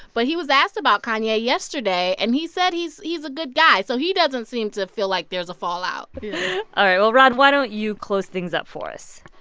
but he was asked about kanye yesterday. and he said he's he's a good guy. so he doesn't seem to feel like there's a fallout all right. well, ron, why don't you close things up for us?